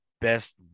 best